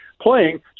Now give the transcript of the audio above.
playing